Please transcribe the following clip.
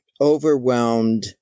overwhelmed